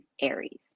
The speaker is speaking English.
Aries